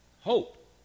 hope